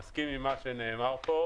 אני מסכים עם מה שנאמר פה.